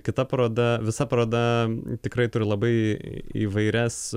kita paroda visa paroda tikrai turi labai įvairias